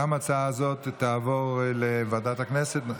גם הצעה זו תעבור לוועדת הכנסת.